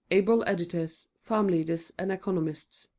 able editors, farm leaders and economists.